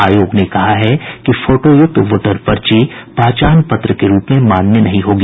आयोग ने कहा है कि फोटोयुक्त वोटर पर्ची पहचान पत्र के रूप में मान्य नहीं होगा